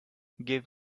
give